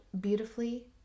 beautifully